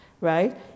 right